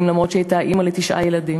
למרות שהיא הייתה אימא לתשעה ילדים,